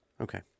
Okay